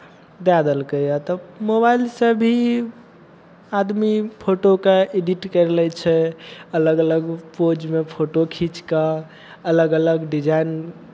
दए देलकै यए तऽ मोबाइलसे भी आदमी फोटोकेँ एडिट करि लै छै अलग अलग पोजमे फोटो खींचि कऽ अलग अलग डिजाइन